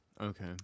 Okay